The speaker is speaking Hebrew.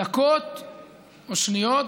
דקות או שניות,